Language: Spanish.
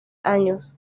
años